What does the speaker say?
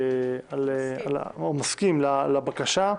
או מסכים לבקשה.